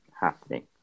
happening